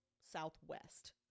southwest